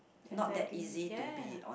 exactly ya